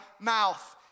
mouth